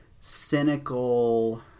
cynical